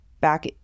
back